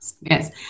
yes